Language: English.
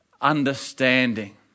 understanding